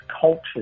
cultures